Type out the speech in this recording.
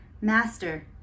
Master